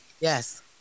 Yes